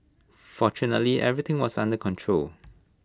fortunately everything was under control